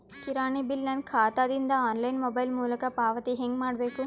ಕಿರಾಣಿ ಬಿಲ್ ನನ್ನ ಖಾತಾ ದಿಂದ ಆನ್ಲೈನ್ ಮೊಬೈಲ್ ಮೊಲಕ ಪಾವತಿ ಹೆಂಗ್ ಮಾಡಬೇಕು?